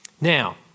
Now